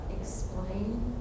explain